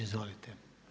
Izvolite.